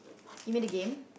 you mean the game